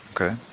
Okay